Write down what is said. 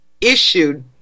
issued